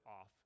off